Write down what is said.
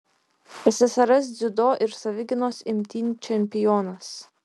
ssrs dziudo ir savigynos imtynių čempionas